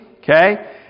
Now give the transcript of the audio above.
okay